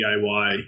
DIY